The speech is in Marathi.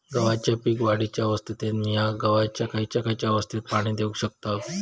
गव्हाच्या पीक वाढीच्या अवस्थेत मिया गव्हाक खैयचा खैयचा अवस्थेत पाणी देउक शकताव?